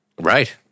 Right